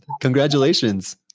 Congratulations